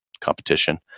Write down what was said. competition